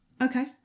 Okay